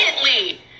immediately